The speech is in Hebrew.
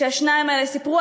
שהשניים האלה סיפרו,